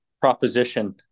proposition